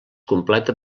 completa